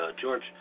George